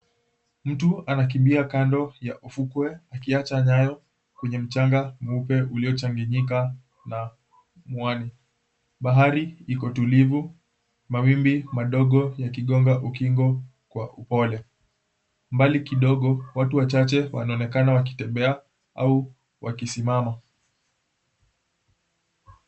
Mtu anakimbia kando ya ufukwe akiacha nyayo kwenye mchanga mweupe uliochanganyika na muani. Bahari Iko tulivu, mawimbi madogo yakigonga ukingo kwa upole. Mbali kidogo, watu wachache wanaonekana wakitembea au wakisimama.